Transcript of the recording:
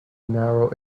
narrow